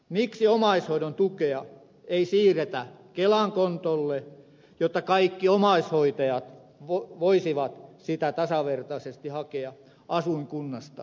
miksi omaishoidon tukea ei siirretä kelan kontolle jotta kaikki omaishoitajat voisivat sitä tasavertaisesti hakea asuinkunnasta riippumatta